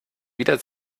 wieder